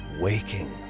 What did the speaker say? Waking